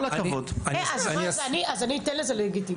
אז אני אתן לזה לגיטימציה?